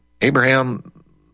Abraham